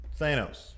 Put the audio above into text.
Thanos